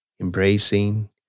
embracing